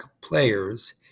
players